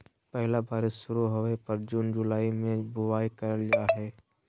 पहला बारिश शुरू होबय पर जून जुलाई में बुआई करल जाय हइ